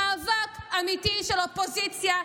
מאבק אמיתי של אופוזיציה,